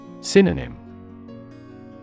Synonym